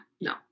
no